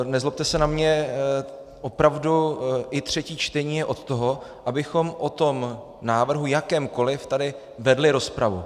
Nezlobte se na mě, opravdu i třetí čtení je od toho, abychom o tom návrhu, jakémkoliv, tady vedli rozpravu.